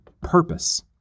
purpose